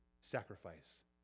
sacrifice